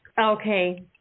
okay